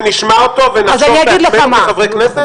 שלנו שנשמע אותו ונחשוב בעצמנו כחברי כנסת?